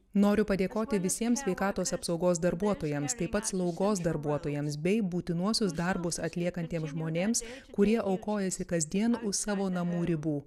noriu padėkoti visiems sveikatos apsaugos darbuotojams taip pat slaugos darbuotojams bei būtinuosius darbus atliekantiems žmonėms kurie aukojasi kasdien už savo namų ribų